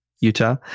Utah